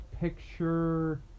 Picture